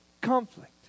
conflict